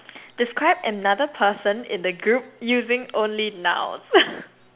describe another person in the group using only nouns